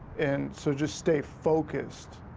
and so just stay focused.